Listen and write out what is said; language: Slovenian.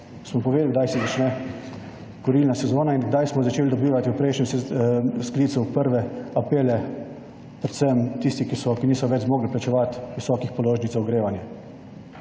Smo povedali, kdaj se začne kurilna sezona in kdaj smo začeli dobivati v prejšnjem sklicu prve apele predvsem tistih, ki niso več zmogli plačevati visokih položnic za ogrevanje.